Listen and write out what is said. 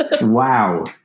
Wow